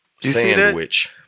sandwich